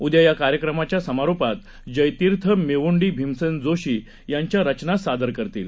उद्यायाकार्यक्रमाच्यासमारोपातजयतीर्थमेवूंडीभीमसेनजोशीयांच्यारचनासादरकरतील